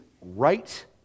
right